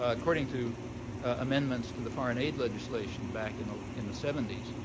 according to amendments to the foreign aid legislation back in the in the seventy s,